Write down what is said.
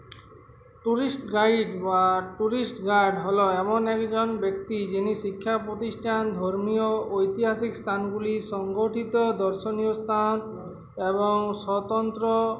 tourist guide বা tourist guide হল এমন একজন ব্যক্তি যিনি শিক্ষা প্রতিষ্ঠান ধর্মীয় ঐতিহাসিক স্থানগুলি সংগঠিত দর্শনীয় স্থান এবং স্বতন্ত্র